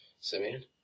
Simeon